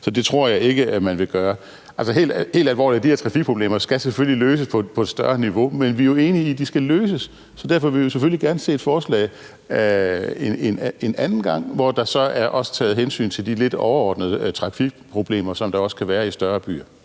Så det tror jeg ikke man vil gøre. Altså, helt alvorligt, de her trafikproblemer skal selvfølgelig løses på et højere niveau, men vi er jo enige i, at de skal løses, så derfor vil vi selvfølgelig gerne se et forslag en anden gang, hvor der så er taget hensyn til de lidt overordnede trafikproblemer, som der også kan være i større byer.